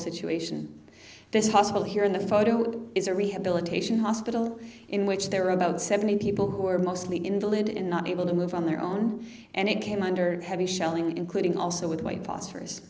situation this hospital here in the photo is a rehabilitation hospital in which there are about seventy people who are mostly invalid and not able to move on their own and it came under heavy shelling including also with white phosphorous